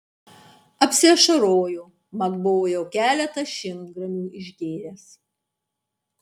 apsiašarojo mat buvo jau keletą šimtgramių išgėręs